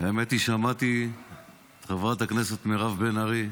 האמת היא ששמעתי את חברת הכנסת מירב בן ארי,